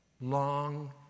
long